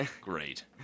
great